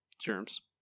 germs